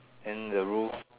then the roof